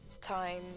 Time